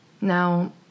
Now